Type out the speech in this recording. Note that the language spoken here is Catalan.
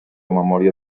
memòria